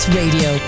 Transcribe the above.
radio